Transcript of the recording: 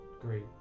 great